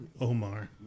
Omar